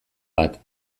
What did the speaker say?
bat